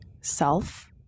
self